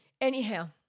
Anyhow